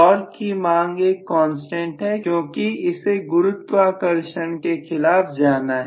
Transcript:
torque की मांग एक कांस्टेंट है क्योंकि इसे गुरुत्वाकर्षण के खिलाफ जाना है